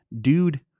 dude